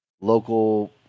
local